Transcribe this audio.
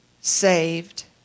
saved